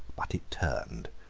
but it turned.